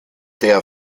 der